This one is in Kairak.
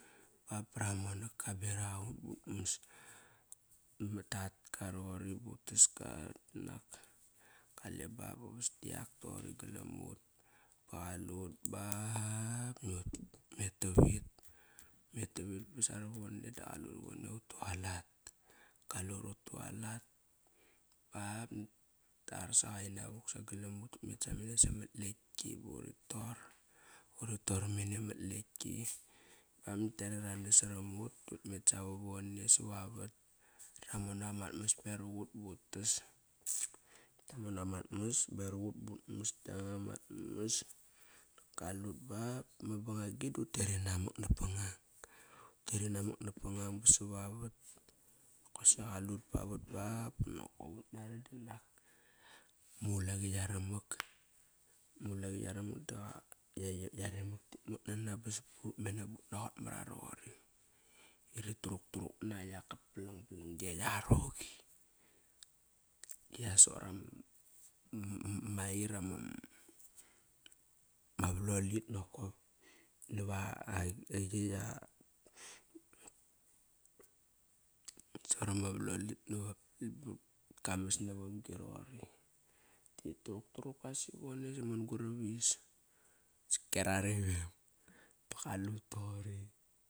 Ba bara monak ka beraq aut but mas bat tatka roqori but tas ka ba nak kale ba banak vasda yak toqori galam ut ba qalut ba but met tavit. Utmet tavit ba sarovone da qalut ivone utualat. Kalurutualat ba nakt arsaqa ina vuk sagalam ut dut met samene samat leki buri tor. Uri tor mene mat leki ba nat kiare ra nas saram ut dut met sa vavone sa vavat. Ramonak amat mas beraq ut bu tas. Ta monak amat mas beraq ut but mas kianga mat mas, kalut ba bama bangagi du tet rinamak napangang. Utet rinamak napangang ba sava vat. Kosa qalut pavat ba ba nokop ut nari dinak ma ulaqi yara mak. Ma ulaqi yaramak da yaremak tit mot nana ba sap prut mena but naqot mara roqori. Rit turuk turuk na. Yak ka palang palang giekt aroqi. Gia sorama ma valol it nakop nava kamas navam gi roqori. Titurukruka roqori sivone saman gurap ais ba qalut toqori.